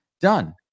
done